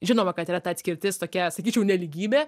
žinoma kad yra ta atskirtis tokia sakyčiau nelygybė